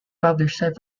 published